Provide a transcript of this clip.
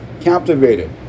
captivated